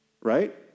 right